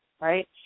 right